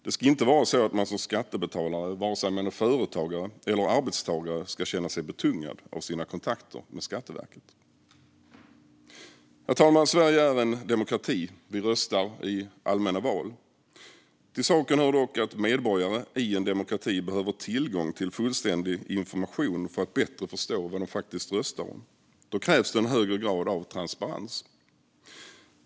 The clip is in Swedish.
Man ska inte som skattebetalare, vare sig man är företagare eller arbetstagare, känna sig betungad av sina kontakter med Skatteverket. Herr talman! Sverige är en demokrati. Vi röstar i allmänna val. Till saken hör dock att medborgare i en demokrati behöver tillgång till fullständig information för att bättre förstå vad de röstar om. Då krävs det högre grad av transparens.